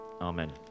amen